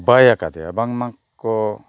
ᱵᱟᱭ ᱟᱠᱟᱫᱮᱭᱟ ᱵᱟᱝᱢᱟ ᱠᱚ